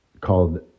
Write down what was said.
called